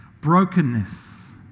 Brokenness